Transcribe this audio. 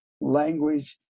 language